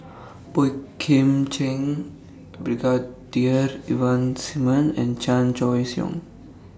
Boey Kim Cheng Brigadier Ivan Simson and Chan Choy Siong